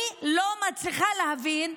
אני לא מצליחה להבין,